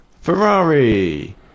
Ferrari